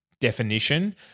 definition